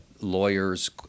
lawyers